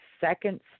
second